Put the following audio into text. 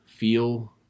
feel